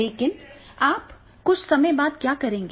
लेकिन आप कुछ समय बाद क्या करेंगे